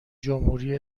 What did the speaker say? جمهوری